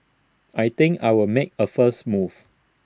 I think I will make A first move